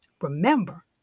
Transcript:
Remember